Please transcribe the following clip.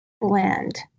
blend